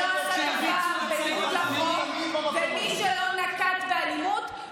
מי שלא עשה דבר בניגוד לחוק ומי שלא נקט אלימות,